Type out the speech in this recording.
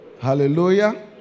Hallelujah